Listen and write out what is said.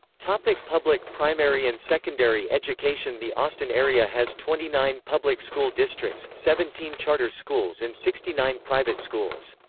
public public primary and secondary education the austin area has twenty nine public school districts, seventeen charter schools and sixty nine private schools.